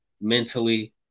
mentally